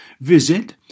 Visit